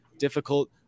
Difficult